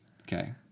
Okay